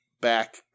back